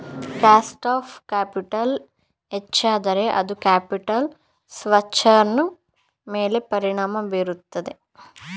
cost of capital ಹೆಚ್ಚಾದರೆ ಅದು capital ಸ್ಟ್ರಕ್ಚರ್ನ ಮೇಲೆ ಪರಿಣಾಮ ಬೀರುತ್ತದೆ